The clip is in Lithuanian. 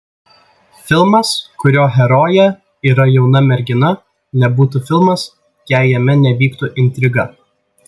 filmas kurio herojė yra jauna mergina nebūtų filmas jei jame nevyktų intriga